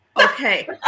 Okay